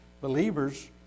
believers